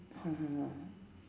(uh huh)